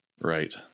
Right